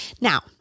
Now